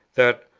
that,